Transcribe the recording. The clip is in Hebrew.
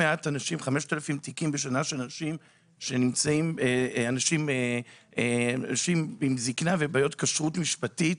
כ-5,000 תיקים בשנה של אנשים עם זקנה ובעיות כשרות משפטית,